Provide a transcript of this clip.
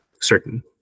certain